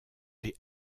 les